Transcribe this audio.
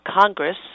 Congress